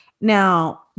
Now